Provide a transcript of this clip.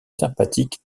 sympathique